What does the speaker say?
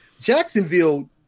Jacksonville